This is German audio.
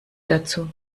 dazu